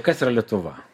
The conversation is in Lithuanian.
kas yra lietuva